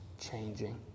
changing